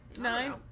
Nine